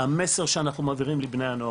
המסר שאנחנו מעבירים לבני הנוער,